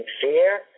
fear